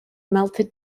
melted